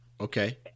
Okay